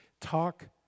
talk